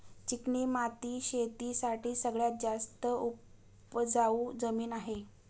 चिकणी माती शेती साठी सगळ्यात जास्त उपजाऊ जमीन आहे